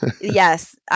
Yes